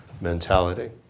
mentality